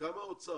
כמה ההוצאה?